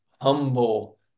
humble